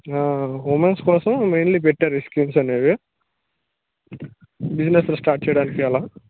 women's కోసం mainly పెట్టారు ఈ స్కీమ్స్ అనేవి బిజినెస్లు స్టార్ట్ చేయడానికి అలా